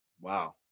Wow